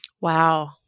Wow